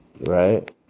right